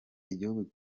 igihugu